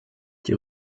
die